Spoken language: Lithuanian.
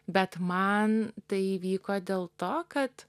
bet man tai įvyko dėl to kad